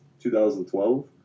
2012